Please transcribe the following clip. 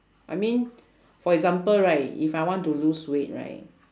I mean for example right if I want to lose weight right